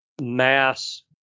mass